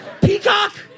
Peacock